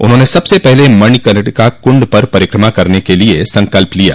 उन्होंने सबसे पहले मणिकर्णिका कुंड पर परिक्रमा करने के लिए संकल्प लिया